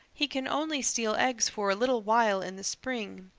he can only steal eggs for a little while in the spring.